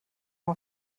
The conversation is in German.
mal